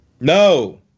No